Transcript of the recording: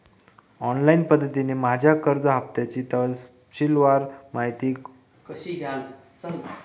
Online पद्धतीने माझ्या कर्ज हफ्त्याची तपशीलवार माहिती मला कुठे तपासता येईल?